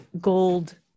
gold